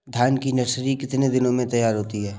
धान की नर्सरी कितने दिनों में तैयार होती है?